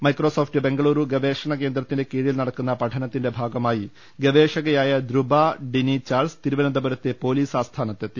micro soft Bengaluru ഗവേഷണ കേന്ദ്രത്തിന്റെ കീഴിൽ നടക്കുന്ന പഠന ത്തിന്റെ ഭാഗമായി ഗവേഷകയായ ദ്രുപ ഡ്രിനി ചാൾസ് തിരുവനന്തപു രത്തെ് പൊലീസ് ആസ്ഥാനത്തെത്തി